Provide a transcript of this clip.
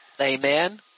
Amen